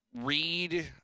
Read